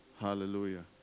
Hallelujah